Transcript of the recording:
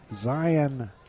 Zion